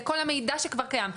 לכל המידע שכבר קיים.